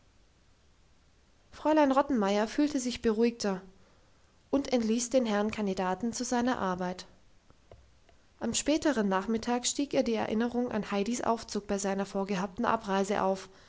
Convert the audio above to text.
fräulein rottenmeier fühlte sich beruhigter und entließ den herrn kandidaten zu seiner arbeit am späteren nachmittag stieg ihr die erinnerung an heidis aufzug bei seiner vorgehabten abreise auf